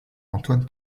antoine